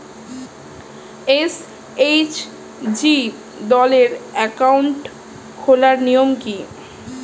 SHG দলের account খোলার নিয়ম কী?